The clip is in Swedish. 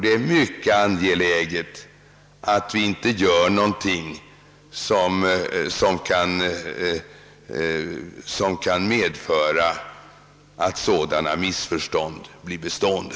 Det är angeläget att vi inte gör någonting som kan medföra att sådana missuppfattningar blir bestående.